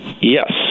Yes